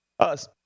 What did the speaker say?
Yes